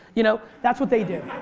you know that's what they do.